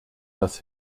das